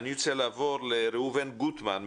אני רוצה לעבור לראובן גוטמן,